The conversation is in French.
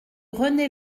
rené